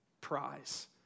prize